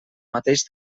mateix